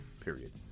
period